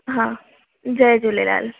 हा जय झूलेलाल